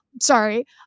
Sorry